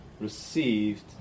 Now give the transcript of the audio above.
received